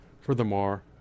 Furthermore